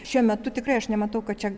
šiuo metu tikrai aš nematau kad čia